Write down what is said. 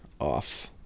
off